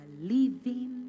living